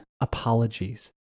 apologies